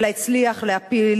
אלא הצליח להפיל